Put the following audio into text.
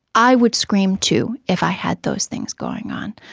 i would scream too if i had those things going on.